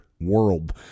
world